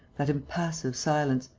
that impassive silence,